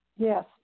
Yes